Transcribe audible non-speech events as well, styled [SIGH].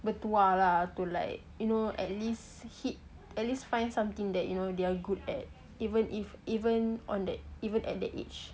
[NOISE] bertuah lah to like you know at least hit at least find something that you know they're good at even if even on that even at that age